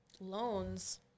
loans